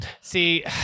See